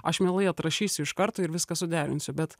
aš mielai atrašysiu iš karto ir viską suderinsiu bet